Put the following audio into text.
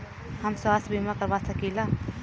हम स्वास्थ्य बीमा करवा सकी ला?